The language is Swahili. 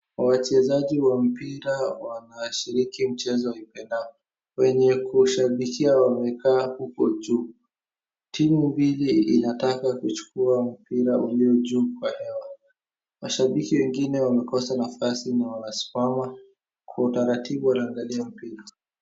Wachezaji wa mpira wanashiriki mchezo waipendayo, wenye kushabikia wamekaa uko juu, timu mbili inataka kuchukuwa mpira uko juu kwa hewa. Mashabiki wengine wamekosa nafasi na wanasimama kwa utaratibu wanaangalia mpira.